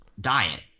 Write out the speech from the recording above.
diet